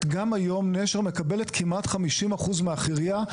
גם היום נשר מקבלת כמעט 50 אחוז מהחירייה,